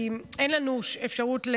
כי אין לנו אפשרות,